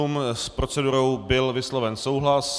S procedurou byl vysloven souhlas.